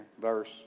Verse